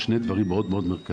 עוד שני דברים מאוד מרכזיים.